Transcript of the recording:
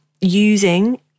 using